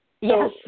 Yes